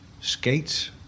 skates